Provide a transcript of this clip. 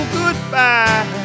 goodbye